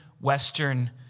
Western